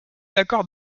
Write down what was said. l’accord